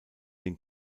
den